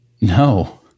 No